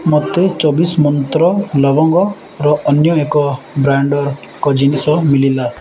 ମୋତେ ଚବିଶ ମନ୍ତ୍ର ଲବଙ୍ଗର ଅନ୍ୟ ଏକ ବ୍ରାଣ୍ଡର ଏକ ଜିନିଷ ମିଳିଲା